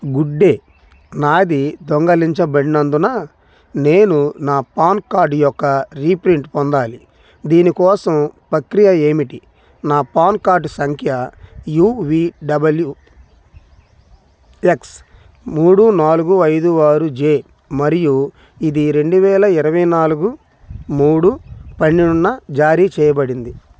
good day నాది దొంగలించబడినందున నేను నా పాన్ కార్డు యొక్క రీప్రింట్ పొందాలి దీని కోసం ప్రక్రియ ఏమిటి నా పాన్ కార్డు సంఖ్య యువిడబ్ల్యూఎక్స్ మూడు నాలుగు ఐదు ఆరు జె మరియు ఇది రెండు వేల ఇరవై నాలుగు మూడు పన్నెండున జారీ చేయబడింది